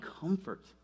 comfort